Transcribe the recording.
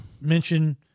mention